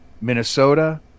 Minnesota